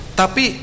tapi